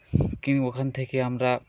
hooking ওখান থেকে আমরা